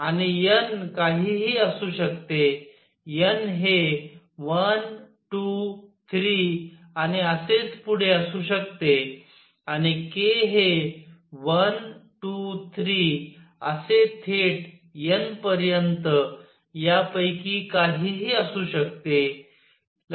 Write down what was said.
आणि n काहीही असू शकते n हे 1 2 3 आणि असेच पुढे असू शकते आणि k हे 1 2 3 असे थेट n पर्यंत या पैकी काहीही असू शकते